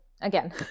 again